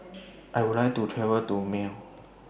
I Would like to travel to Male